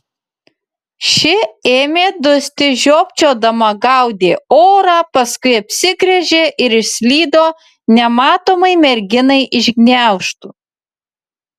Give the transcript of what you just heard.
ši ėmė dusti žiopčiodama gaudė orą paskui apsigręžė ir išslydo nematomai merginai iš gniaužtų